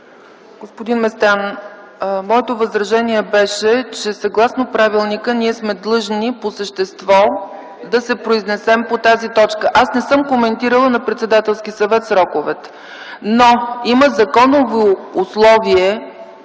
Господин Местан, моето възражение беше, че съгласно правилника ние сме длъжни по същество да се произнесем по тази точка. Аз не съм коментирала на Председателския съвет сроковете.